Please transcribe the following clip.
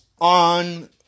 on